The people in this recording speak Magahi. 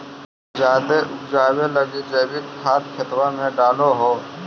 जायदे उपजाबे लगी जैवीक खाद खेतबा मे डाल हो?